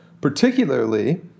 particularly